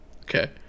Okay